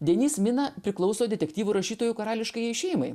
denis mina priklauso detektyvų rašytojų karališkajai šeimai